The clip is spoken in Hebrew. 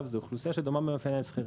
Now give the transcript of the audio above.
זו אוכלוסייה שדומה במאפייניה לשכירים.